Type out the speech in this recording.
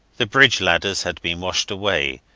the bridge ladders had been washed away,